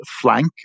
flank